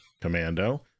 commando